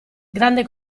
grande